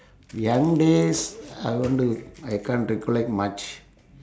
beyond this I want to I can't recollect much